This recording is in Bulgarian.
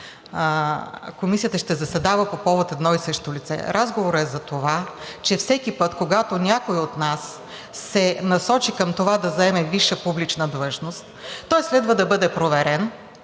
Комисията ще заседава по повод едно и също лице. Разговорът е за това, че всеки път, когато някой от нас се насочи към това, да заеме висша публична длъжност, той следва да бъде проверен